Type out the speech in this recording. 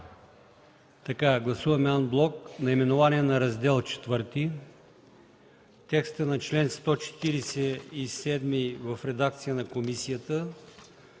Няма. Гласуваме анблок наименованието на Раздел ІV, текста на чл. 147 в редакция на комисията,